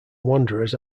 wanderers